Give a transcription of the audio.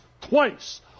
twice